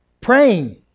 Praying